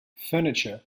furniture